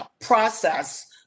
process